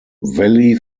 valley